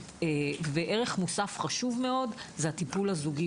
ערך מוסף חשוב מאוד זה הטיפול הזוגי